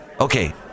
Okay